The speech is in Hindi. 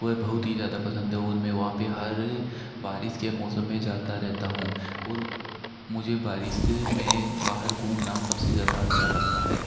वह बहुत ही ज़्यादा पसंद है और मैं वहाँ पर हर बारिश के मौसम में जाता रहता हूँ और मुझे बारिश में बाहर घूमना सबसे ज़्यादा अच्छा लगता है